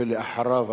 ולאחריו,